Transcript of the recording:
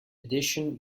edition